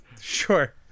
Sure